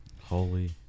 Holy